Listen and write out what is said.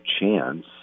chance